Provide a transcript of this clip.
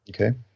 Okay